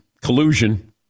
Collusion